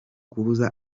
kubuza